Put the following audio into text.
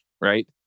Right